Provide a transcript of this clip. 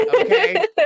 okay